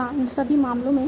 हाँ इन सभी मामलों में